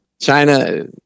China